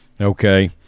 Okay